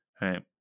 Right